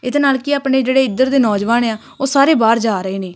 ਇਹਦੇ ਨਾਲ ਕੀ ਆਪਣੇ ਜਿਹੜੇ ਇੱਧਰ ਦੇ ਨੌਜਵਾਨ ਆ ਉਹ ਸਾਰੇ ਬਾਹਰ ਜਾ ਰਹੇ ਨੇ